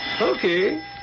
Okay